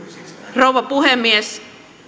rouva puhemies